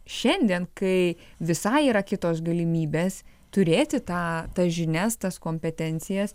šiandien kai visai yra kitos galimybės turėti tą tas žinias tas kompetencijas